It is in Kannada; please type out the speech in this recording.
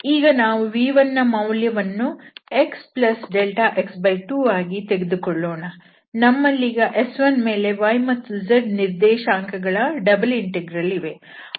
ಈಗ ನಾವು v1ನ ಮೌಲ್ಯವನ್ನು xδx2ಆಗಿ ತೆಗೆದುಕೊಳ್ಳೋಣ ನಮ್ಮಲ್ಲೀಗ S1ಮೇಲೆ y ಮತ್ತು z ನಿರ್ದೇಶಾಂಕಗಳ ಡಬಲ್ ಇಂಟೆಗ್ರಲ್ ಇವೆ